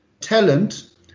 Talent